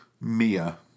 Mia